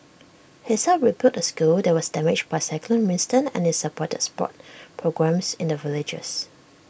he's helped rebuild A school that was damaged by cyclone Winston and is supported sports programmes in the villages